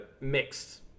mixed